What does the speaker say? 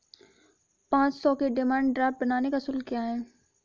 पाँच सौ के डिमांड ड्राफ्ट बनाने का शुल्क क्या है?